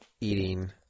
eating